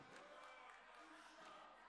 מקרקעין (שבח ורכישה)